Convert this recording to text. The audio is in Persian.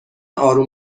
آروم